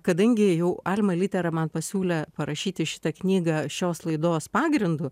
kadangi jau alma litera man pasiūlė parašyti šitą knygą šios laidos pagrindu